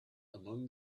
among